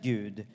Gud